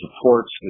supports